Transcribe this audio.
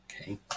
Okay